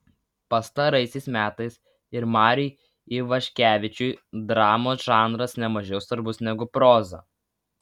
pastaraisiais metais ir mariui ivaškevičiui dramos žanras ne mažiau svarbus negu proza